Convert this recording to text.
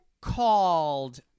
called